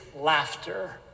laughter